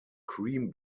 cream